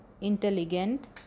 intelligent